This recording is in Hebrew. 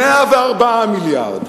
104 מיליארד,